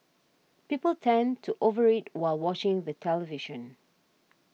people tend to over eat while watching the television